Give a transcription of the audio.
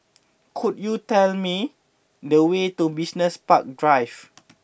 could you tell me the way to Business Park Drive